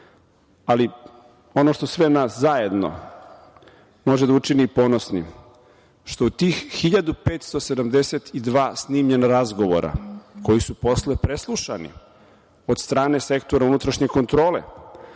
ono što sve nas zajedno može da učini ponosnim je što od tih 1.572 snimljena razgovora, koji su posle preslušani od strane Sektora unutrašnje kontrole